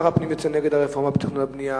בנושא: שר הפנים יוצא נגד הרפורמה בתכנון והבנייה,